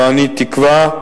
ואני תקווה,